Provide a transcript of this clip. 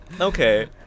Okay